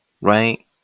right